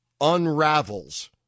unravels